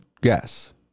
guess